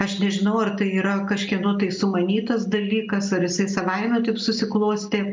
aš nežinau ar tai yra kažkieno tai sumanytas dalykas ar jisai savaime taip susiklostė